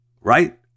Right